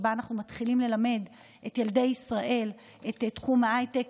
שבה אנחנו מתחילים ללמד את ילדי ישראל את תחום ההייטק